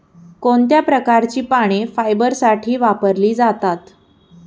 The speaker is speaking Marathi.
कोणत्या प्रकारची पाने फायबरसाठी वापरली जातात?